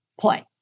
play